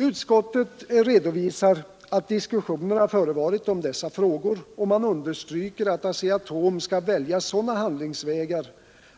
Utskottet redovisar att diskussioner förevarit om dessa frågor och understryker, att Asea-Atom skall välja sådana handlingsvägar